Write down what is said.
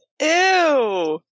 Ew